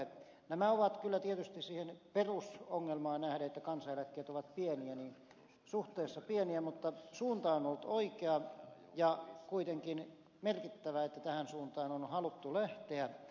nämä ovat kyllä tietysti siihen perusongelmaan nähden että kansaneläkkeet ovat pieniä suhteessa pieniä mutta suunta on ollut oikea ja on kuitenkin merkittävää että tähän suuntaan on haluttu lähteä